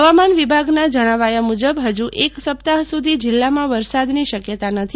હવામાન વિભાગના જણાવ્યા મુજબ હજુ એક સપ્તાહ સુધી જીલ્લામાં વરસાદની શક્યતા નથી